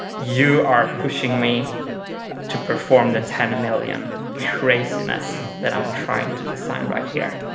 you are pushing me to perform the ten million craziness that i'm trying to design right here.